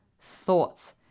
thoughts